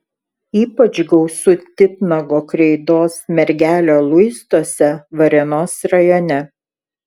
ypač gausu titnago kreidos mergelio luistuose varėnos rajone